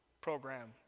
program